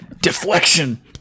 Deflection